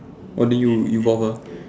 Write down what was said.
what do you you bought her